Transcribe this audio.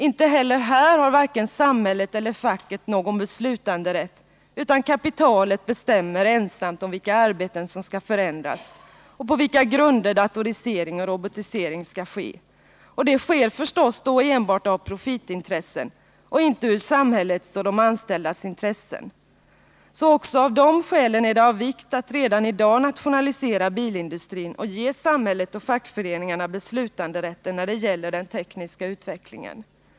Inte heller här har vare sig samhället eller facket någon beslutanderätt, utan kapitalet bestämmer ensamt om vilka arbeten som skall förändras och på vilka grunder datoriseringen och robotiseringen skall ske. Utvecklingen sker förstås enbart utifrån profitintresse och inte utifrån samhällets och de anställdas intressen. Också av de skälen är det av vikt att redan i dag nationalisera bilindustrin och ge samhället och fackföreningarna beslutanderätt när det gäller den tekniska utvecklingen.